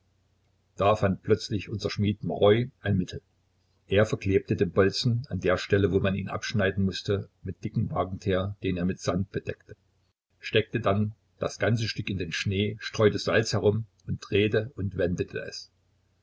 da fand plötzlich unser schmied maroi ein mittel er verklebte den bolzen an der stelle wo man ihn abschneiden mußte mit dickem wagenteer den er mit sand bedeckte steckte dann das ganze stück in den schnee streute salz herum und drehte und wendete es